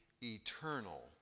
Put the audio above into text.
eternal